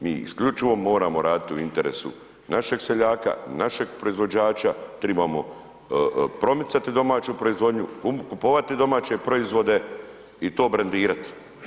Mi isključivo moramo raditi u interesu našeg seljaka, našeg proizvođača, trebamo promicati domaću proizvodnju, kupovati domaće proizvode i to brendirati.